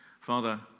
Father